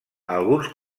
alguns